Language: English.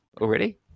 already